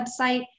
website